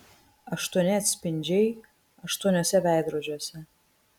aštuoni atspindžiai aštuoniuose veidrodžiuose